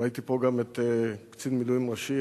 ראיתי פה גם את קצין מילואים ראשי,